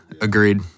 Agreed